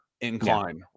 incline